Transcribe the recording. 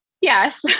yes